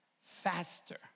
faster